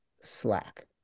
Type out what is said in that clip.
slack